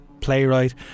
playwright